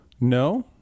no